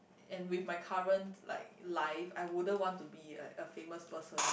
and with my current like life I wouldn't want to be like a famous person